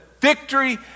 victory